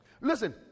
Listen